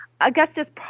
Augustus